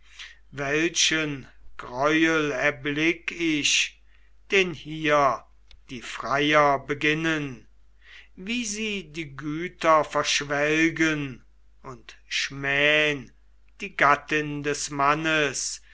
welchen greuel erblick ich den hier die freier beginnen wie sie die güter verschwelgen und schmähn die gattin des mannes